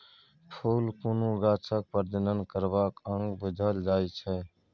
फुल कुनु गाछक प्रजनन करबाक अंग बुझल जाइ छै